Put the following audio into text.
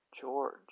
George